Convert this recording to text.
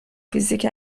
فیزیک